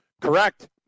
Correct